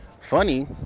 Funny